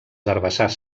herbassars